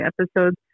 episodes